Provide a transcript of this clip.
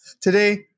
Today